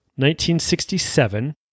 1967